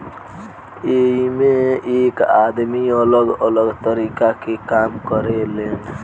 एइमें एक आदमी अलग अलग तरीका के काम करें लेन